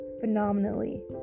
phenomenally